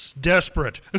Desperate